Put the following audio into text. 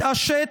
מסוכן.